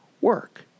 work